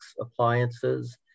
appliances